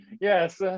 Yes